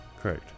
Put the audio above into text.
Correct